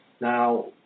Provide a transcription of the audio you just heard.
Now